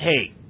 hey